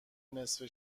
نصفه